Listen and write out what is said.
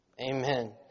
Amen